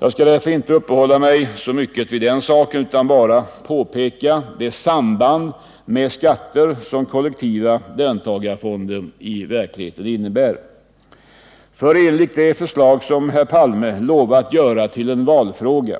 Jag skall därför inte uppehålla mig så mycket vid den tanken utan bara påpeka det samband med skatter som kollektiva löntagarfonder i verkligheten innebär. Enligt det förslag som herr Palme lovat göra till en valfråga